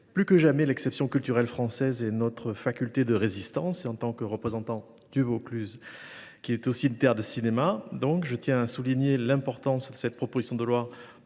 plus que jamais l’exception culturelle française et notre faculté de résistance. Comme représentant du Vaucluse, qui est également une terre de cinéma, je tiens à souligner l’importance de cette proposition de loi